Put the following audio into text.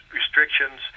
restrictions